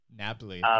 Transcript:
napoli